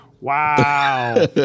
Wow